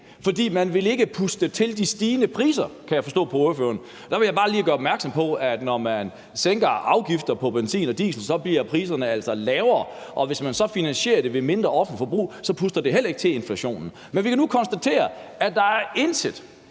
fordi man ikke vil puste til de stigende priser, kan jeg forstå på ordføreren. Der vil jeg bare lige gøre opmærksom på, at når man sænker afgifter på benzin og diesel, så bliver priserne altså lavere, og hvis man så finansierer det ved mindre offentligt forbrug, så puster det heller ikke til inflationen. Men vi kan nu konstatere, at regeringen